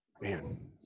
Man